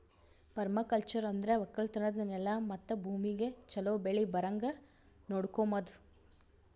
permaculture ಅಂದುರ್ ಒಕ್ಕಲತನದ್ ನೆಲ ಮತ್ತ ಭೂಮಿಗ್ ಛಲೋ ಬೆಳಿ ಬರಂಗ್ ನೊಡಕೋಮದ್